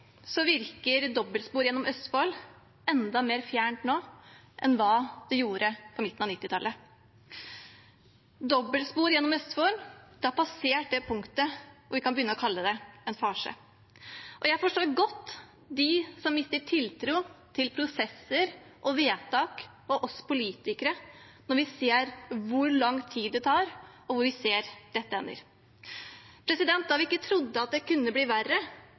virker dobbeltspor gjennom Østfold enda mer fjernt nå enn det gjorde på midten av 1990-tallet. Dobbeltspor gjennom Østfold har passert det punktet hvor vi kan begynne å kalle det en farse. Jeg forstår godt dem som mister tiltro til prosesser, vedtak og oss politikere når vi ser hvor lang tid det tar, og vi ser hvor dette ender. Da vi ikke trodde at det kunne bli verre,